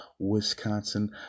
Wisconsin